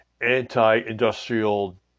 anti-industrial